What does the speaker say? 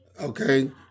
Okay